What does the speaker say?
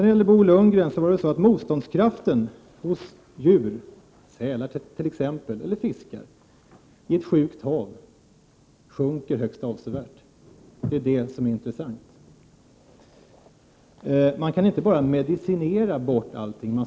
Till Bo Lundgren vill jag säga att motståndskraften hos djur, sälar t.ex. eller fiskar, i ett sjukt hav sjunker högst avsevärt. Det är detta som är intressant. Man kan inte bara medicinera bort allting.